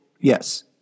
Yes